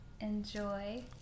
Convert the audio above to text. enjoy